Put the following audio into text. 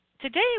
Today